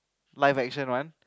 live action one